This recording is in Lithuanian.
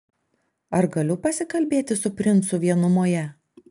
ar galiu pasikalbėti su princu vienumoje